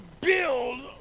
build